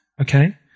okay